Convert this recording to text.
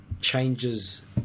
changes